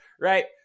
right